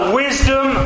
wisdom